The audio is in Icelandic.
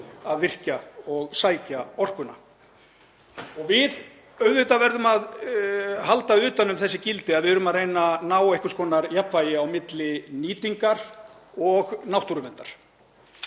að virkja og sækja orkuna. Auðvitað verðum við að halda utan um þessi gildi, að við erum að reyna að ná einhvers konar jafnvægi á milli nýtingar og náttúruverndar,